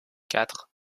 quatre